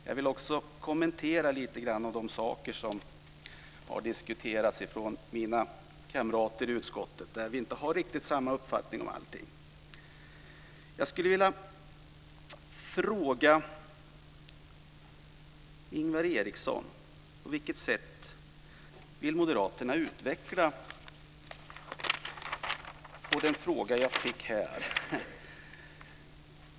Jag vill också kommentera några av de saker som har diskuterats av mina kamrater i utskottet där vi inte har riktigt samma uppfattning om allting. Jag skulle vilja ställa en fråga till Ingvar Eriksson.